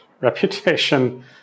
reputation